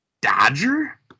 Dodger